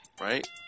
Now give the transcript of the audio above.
right